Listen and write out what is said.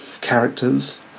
characters